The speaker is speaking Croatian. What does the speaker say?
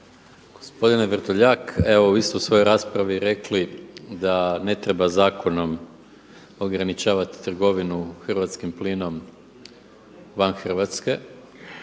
Gospodine Vrdolja, evo vi ste u svojoj raspravi rekli da ne treba zakonom ograničavati trgovinu hrvatskim plinom van Hrvatske,